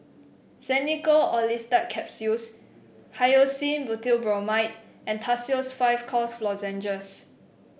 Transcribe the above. Xenical Orlistat Capsules Hyoscine Butylbromide and Tussils five Cough Lozenges